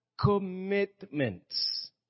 commitments